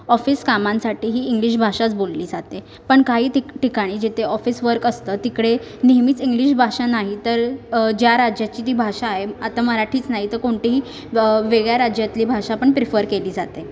office कामांसाठीही English भाषाच बोलली जाते पण काही ठि ठिकाणी जिथे ऑफीस वर्क असतं तिकडे नेहमीच इंग्लिश भाषा नाही तर ज्या राज्याची ती भाषा आहे आता मराठीच नाही तर कोणतीही वेगळ्या राज्यातली भाषा पण प्रीफर केली जाते